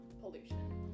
pollution